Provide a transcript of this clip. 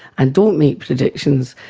and don't make predictions.